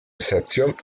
excepción